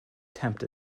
tempt